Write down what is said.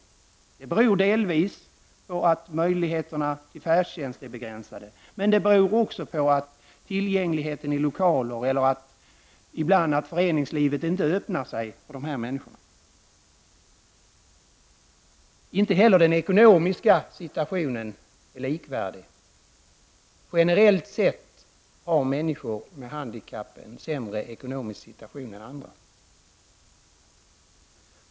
Detta beror delvis på att möjligheterna till färdtjänst är begränsade, men det beror också på bristande tillgänglighet i lokaler eller på att föreningslivet ibland inte öppnar sig för dessa människor. Inte heller den ekonomiska situationen är likvärdig. Generellt sätt har människor med handikapp en sämre ekonomisk situation än andra.